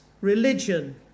religion